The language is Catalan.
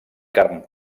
carn